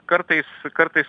kartais kartais